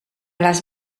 les